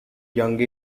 young